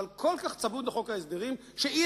אבל כל כך צמוד לחוק ההסדרים שאי-אפשר